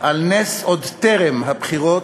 על נס עוד טרם הבחירות,